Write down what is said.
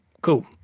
Cool